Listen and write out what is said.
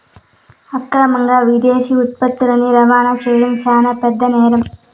అక్రమంగా విదేశీ ఉత్పత్తులని రవాణా చేయడం శాన పెద్ద నేరం